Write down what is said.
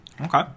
Okay